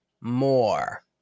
more